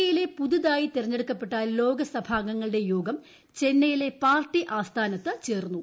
K യിലെ പുതുതായി തെരഞ്ഞെടുക്കപ്പെട്ട ലോക സഭാംഗങ്ങളുടെ യോഗം ചെന്നൈയിലെ പാർട്ടി ആസ്ഥാനത്ത് ചേർന്നു